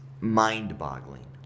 mind-boggling